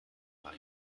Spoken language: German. war